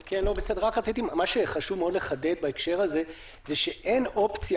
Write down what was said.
מה שחשוב מאוד לחדד בהקשר הזה זה שאין אופציה